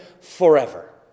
forever